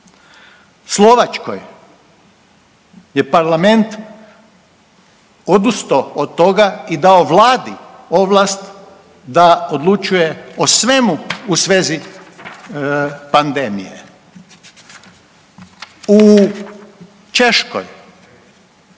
Slovačkoj je parlament odustao od toga i dao vladi ovlast da odlučuje o svemu u svezi pandemije. U Češkoj